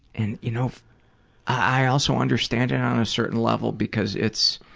and you know i also understand it on a certain level because it's,